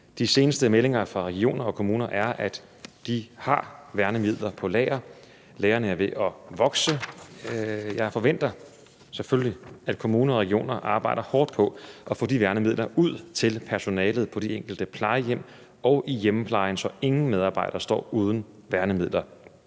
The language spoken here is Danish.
De seneste meldinger fra regioner og kommuner er, at de har værnemidler på lager. Lagrene er ved at vokse. Jeg forventer selvfølgelig, at kommuner og regioner arbejder hårdt på at få de værnemidler ud til personalet på de enkelte plejehjem og i hjemmeplejen, så ingen medarbejdere står uden værnemidler.